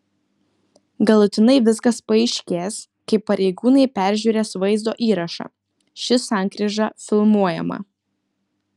galutinai viskas paaiškės kai pareigūnai peržiūrės vaizdo įrašą ši sankryža filmuojama